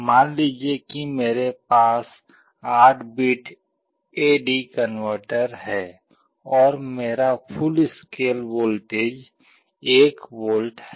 मान लीजिए कि मेरे पास 8 बिट ए डी कनवर्टर है और मेरा फुल स्केल वोल्टेज 1 वोल्ट है